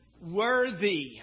worthy